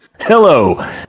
Hello